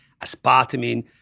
aspartame